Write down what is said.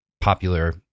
popular